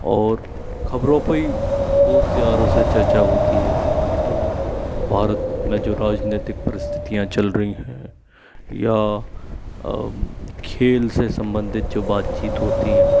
और ख़बरों पर ही दोस्त यारों से चर्चा होती है मतलब भारत में जो राजनीतिक परिस्थितियाँ चल रही हैं या खेल से सम्बंधित जो बातचीत होती हैं